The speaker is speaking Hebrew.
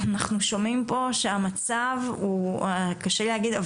אנחנו שומעים פה שהמצב הוא קשה לי להגיד,